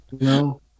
No